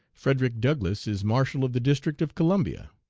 frederick douglass is marshal of the district of columbia.